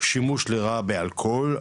שימוש לרעה באלכוהול,